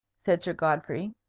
said sir godfrey.